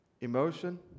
Emotion